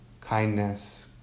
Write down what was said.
Kindness